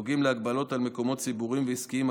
הנוגעים להגבלות על מקומות ציבוריים ועסקיים,